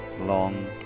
long